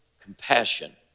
compassion